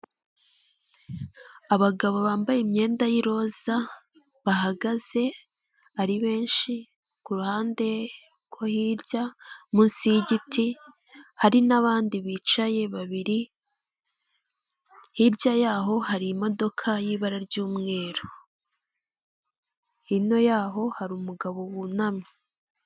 Abagabo bambaye imyenda y'iroza bahagaze ari benshi, ku ruhande ko hirya munsi yigiti hari n'abandi bicaye babiri, hirya yaho hari imodoka y'ibara ry'umweru hino yaho hari umugabo wunamye.